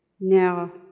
now